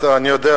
ואני יודע,